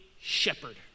shepherd